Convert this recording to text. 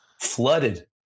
flooded